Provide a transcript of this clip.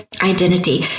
identity